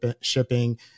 shipping